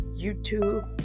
YouTube